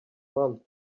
month